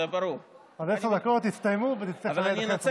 בעד הקנביס ונגד